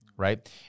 Right